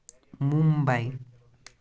Mumbai